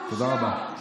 בושה.